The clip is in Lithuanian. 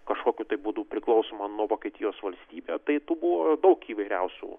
kažkokiu tai būdu priklausoma nuo vokietijos valstybė tai tų buvo daug įvairiausių